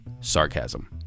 sarcasm